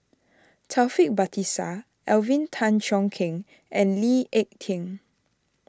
Taufik Batisah Alvin Tan Cheong Kheng and Lee Ek Tieng